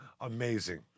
amazing